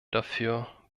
dafür